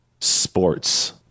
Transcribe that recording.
sports